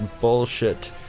Bullshit